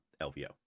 lvo